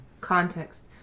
context